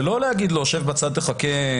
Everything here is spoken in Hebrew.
ולא להגיד לו לשבת בצד ולחכות.